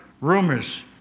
rumors